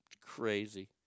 Crazy